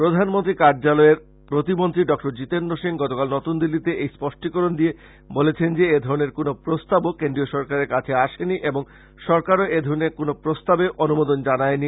প্রধানমন্ত্রী কার্যালয়ের প্রতিমন্ত্রী ডক্টর জীতেন্দ্র সিং গতকাল নতুন দিল্লীতে এই স্পষ্টিকরণ দিয়ে বলেছেন যে এ ধরণের কোন প্রস্তাবও কেন্দ্রীয় সরকারের কাছে আসে নি এবং সরকারও এ ধরণের কোন প্রস্তাবে অনুমোদন জানায় নি